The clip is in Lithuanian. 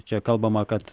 čia kalbama kad